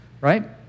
right